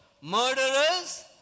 murderers